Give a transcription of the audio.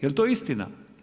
Jel to istina?